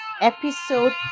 episode